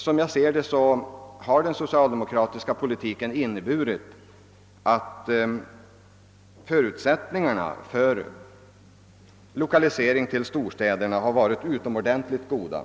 Som jag ser saken har den socialdemokratiska politiken inneburit att förutsättningarna för lokalisering av arbetstillfällen till storstäderna har varit utomordentligt goda